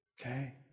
Okay